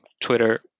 Twitter